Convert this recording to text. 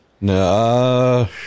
No